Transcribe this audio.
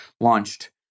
launched